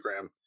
Instagram